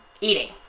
eating